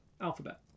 alphabet